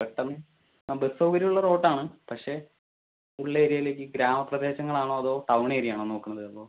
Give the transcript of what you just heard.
പെട്ടെന്ന് ആ ബസ്സ് സൗകര്യം ഉള്ള റൂട്ട് ആണ് പക്ഷേ ഉൾ ഏരിയയിലേക്ക് ഗ്രാമ പ്രദേശങ്ങൾ ആണോ അതോ ടൗൺ ഏരിയ ആണോ നോക്കുന്നത് അപ്പോൾ